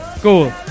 cool